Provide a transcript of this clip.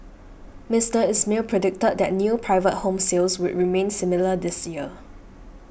Mister Ismail predicted that new private home sales would remain similar this year